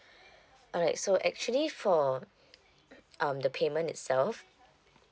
alright so actually for um the payment itself